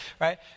right